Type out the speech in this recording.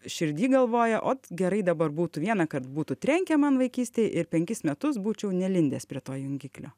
širdy galvoja ot gerai dabar būtų vienąkart būtų trenkę man vaikystėj ir penkis metus būčiau nelindęs prie to jungiklio